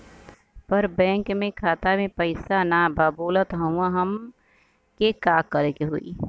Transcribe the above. पर बैंक मे खाता मे पयीसा ना बा बोलत हउँव तब हमके का करे के होहीं?